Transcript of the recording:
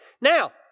Now